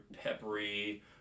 peppery